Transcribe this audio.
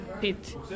pit